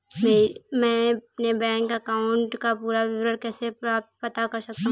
मैं अपने bank account का पूरा विवरण कैसे पता कर सकता हूँ?